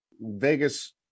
Vegas